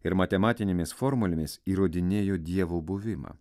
ir matematinėmis formulėmis įrodinėjo dievo buvimą